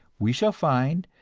we shall find,